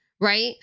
right